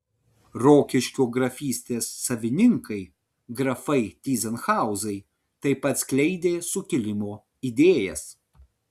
rokiškio grafystės savininkai grafai tyzenhauzai taip pat skleidė sukilimo idėjas